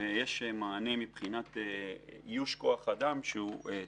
ויש מענה מבחינת איוש כוח אדם שהוא תקין.